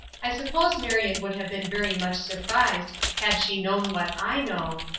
i suppose marion would have been very much surprised had she known what i know,